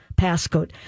passcode